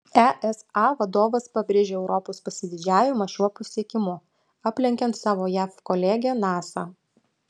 esa vadovas pabrėžė europos pasididžiavimą šiuo pasiekimu aplenkiant savo jav kolegę nasa